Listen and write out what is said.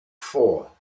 four